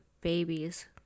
babies